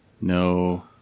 No